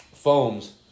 Foams